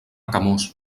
camós